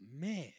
man